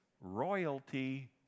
royalty